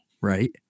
right